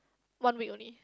one week only